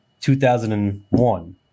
2001